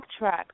backtrack